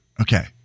Okay